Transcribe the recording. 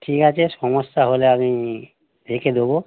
ঠিক আছে সমস্যা হলে আমি দেখে দেবো